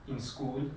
in school